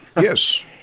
Yes